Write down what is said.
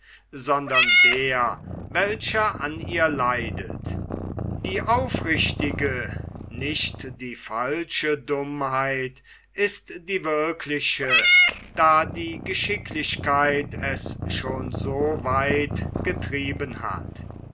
sondern der welcher an ihr leidet die aufrichtige nicht die falsche dummheit ist die wirkliche da die geschicklichkeit es schon so weit getrieben hat